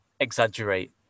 exaggerate